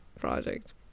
project